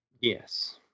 Yes